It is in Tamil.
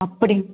அப்டிங்க